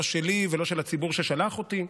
לא שלי ולא של הציבור ששלח אותי,